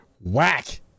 whack